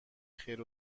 خیر